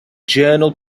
journal